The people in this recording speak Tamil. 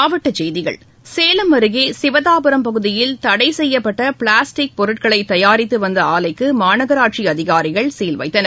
மாவட்ட செய்திகள் சேலம் அருகே சிவதாபுரம் பகுதியில் தடைசெய்யப்பட்ட பிளாஸ்டிக் பொருட்களை தயாரித்து வந்த ஆலைக்கு மாநகராட்சி அதிகாரிகள் கீல் வைத்தனர்